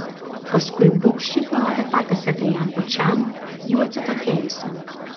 paskui bugščiai parodė tą kasetę jam pačiam jau atsitokėjusiam